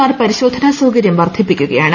R പരിശോധനാ സൌകര്യം വർദ്ധീപ്പിക്കുകയാണ്